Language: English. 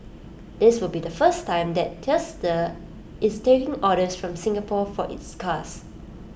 this will be the first time that Tesla is taking orders from Singapore for its cars